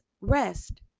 Rest